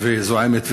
זועמת וכועסת.